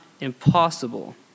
impossible